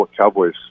Cowboys